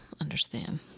understand